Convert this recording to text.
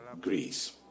Greece